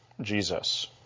Jesus